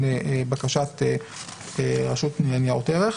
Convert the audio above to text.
תהיה בכתב ומנומקת,